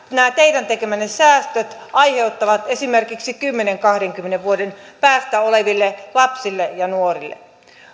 nämä teidän tekemänne säästöt aiheuttavat esimerkiksi kymmenen viiva kahdenkymmenen vuoden päästä lapsille ja nuorille